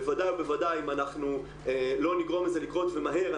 בוודאי ובוודאי אם אנחנו לא נגרום לזה לקרות ומהר,